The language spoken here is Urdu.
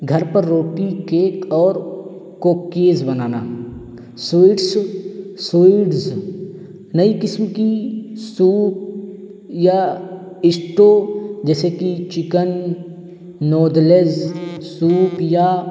گھر پر روٹی کیک اور کوکیز بنانا سوئٹس سوئٹس نئی قسم کی سوپ یا اسٹو جیسے کہ چکن نوڈلس سوپ یا